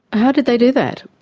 how did they do that?